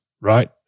right